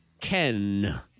Ken